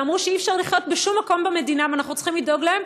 ואמרו שאי-אפשר לחיות בשום מקום במדינה ושאנחנו צריכים לדאוג להם,